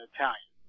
Italian